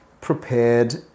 prepared